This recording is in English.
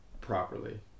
properly